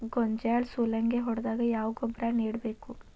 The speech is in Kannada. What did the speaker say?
ಗೋಂಜಾಳ ಸುಲಂಗೇ ಹೊಡೆದಾಗ ಯಾವ ಗೊಬ್ಬರ ನೇಡಬೇಕು?